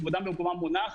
כבודם במקומם מונח,